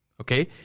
Okay